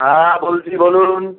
হ্যাঁ বলছি বলুন